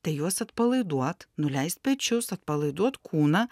tai juos atpalaiduot nuleist pečius atpalaiduot kūną